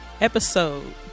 episode